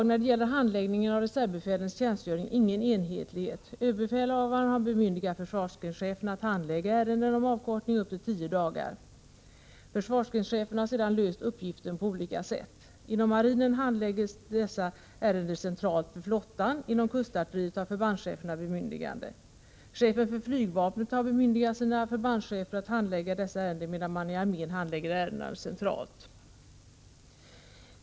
När det gäller handläggningen av reservbefälens tjänstgöring finns det i dag ingen enhetlighet. ÖB har bemyndigat försvarsgrenscheferna att handlägga ärenden som gäller avkortning upp till tio dagar. Försvarsgrenscheferna har sedan löst uppgiften på olika sätt. Inom marinen handläggs dessa ärenden centralt för flottan. Inom kustartilleriet har förbandscheferna bemyndigande. Chefen för flygvapnet har bemyndigat sina förbandschefer att handlägga sådana här ärenden, medan ärendena i armén handläggs centralt.